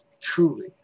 truly